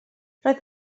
roedd